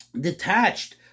detached